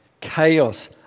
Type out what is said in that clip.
chaos